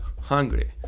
hungry